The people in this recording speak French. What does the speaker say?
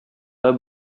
pas